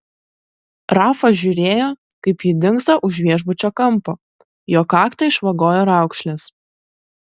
rafa žiūrėjo kaip ji dingsta už viešbučio kampo jo kaktą išvagojo raukšlės